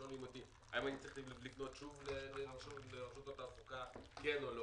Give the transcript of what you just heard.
ששואלים אותי: האם עלי לפנות שוב לרשות התעסוקה כן או לא?